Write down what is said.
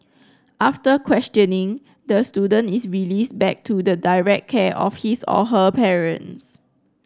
after questioning the student is released back to the direct care of his or her parents